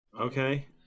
Okay